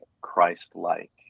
Christ-like